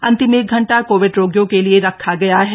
अंतिम एक घंटा कोविड रोगियों के लिए रखा गया है